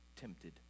tempted